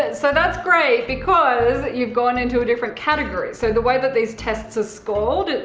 and so that's great, because you're gone into a different category. so the way that these tests are scored,